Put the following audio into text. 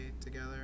together